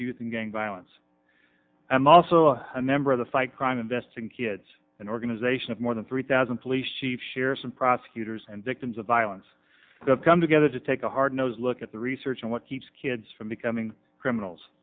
youth in gang violence i'm also a member of the fight crime investing kids an organization of more than three thousand police chiefs shearson prosecutors and victims of violence come together to take a hard nosed look at the research and what keeps kids from becoming criminals